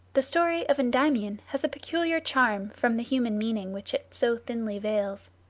the story of endymion has a peculiar charm from the human meaning which it so thinly veils.